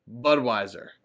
Budweiser